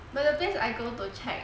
but the place I go to check